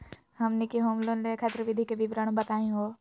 हमनी के home loan लेवे खातीर विधि के विवरण बताही हो?